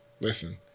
listen